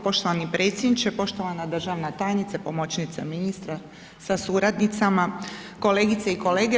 Poštovani predsjedniče, poštovana državna tajnice, pomoćnice ministra sa suradnicama, kolegice i kolege.